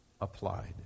applied